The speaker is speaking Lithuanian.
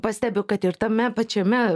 pastebiu kad ir tame pačiame